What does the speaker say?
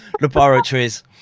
laboratories